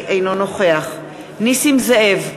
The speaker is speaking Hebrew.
אינו נוכח נסים זאב,